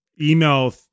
email